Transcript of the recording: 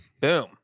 Boom